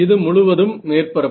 இது முழுவதும் மேற்பரப்பு